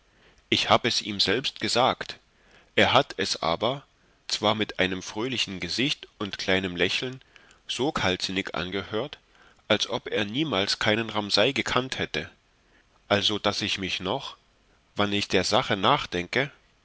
ich hab es ihm selbst gesagt er hat es aber zwar mit einem fröhlichen gesicht und kleinem lächlen so kaltsinnig angehört als ob er niemals keinen ramsay gekannt hätte also daß ich mich noch wann ich der sache nachdenke